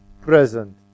present